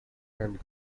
and